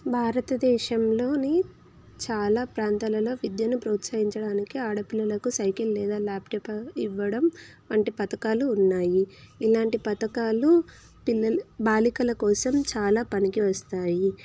భారతదేశంలోని చాలా ప్రాంతాలలో విద్యను ప్రోత్సహించడానికి ఆడపిల్లలకు సైకిల్ లేదా ల్యాప్టాప్ ఇవ్వడం వంటి పథకాలు ఉన్నాయి ఇలాంటి పథకాలు పిల్లలు బాలికల కోసం చాలా పనికి వస్తాయి